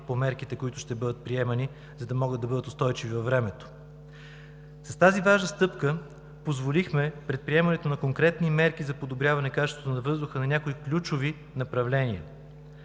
по мерките, които ще бъдат приемани, за да могат да бъдат устойчиви във времето. С тази важна стъпка позволихме предприемането на конкретни мерки за подобряване качеството на въздуха на някои ключови направления.